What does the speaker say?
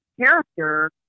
character